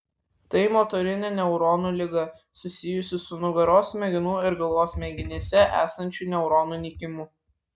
tai motorinė neuronų liga susijusi su nugaros smegenų ir galvos smegenyse esančių neuronų nykimu